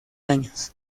años